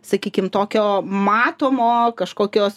sakykim tokio matomo kažkokios